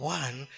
one